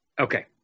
Okay